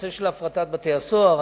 הנושא של הפרטת בתי-הסוהר,